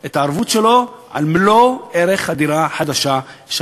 את הערבות שלו על מלוא ערך הדירה החדשה שהוא